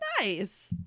nice